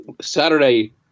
Saturday